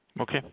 Okay